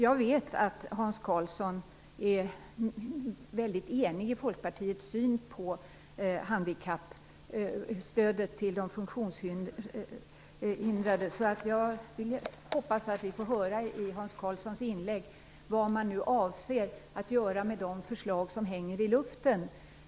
Jag vet att Hans Karlsson är enig med Folkpartiet om vår syn på stödet till de funktionshindrade, så jag hoppas att vi i Hans Karlssons inlägg får höra vad man nu avser att göra med de förslag som hänger i luften.